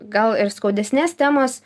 gal ir skaudesnės temos